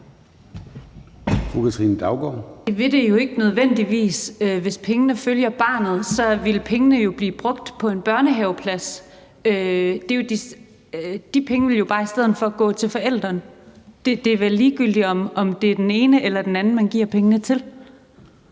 Katrine Daugaard (LA): Det vil det ikke nødvendigvis gøre. Hvis pengene følger barnet, vil pengene jo blive brugt på en børnehaveplads. De penge vil i stedet for bare gå til forælderen. Det er vel ligegyldigt, om det er den ene eller den anden, man giver pengene til.